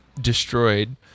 destroyed